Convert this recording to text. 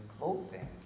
clothing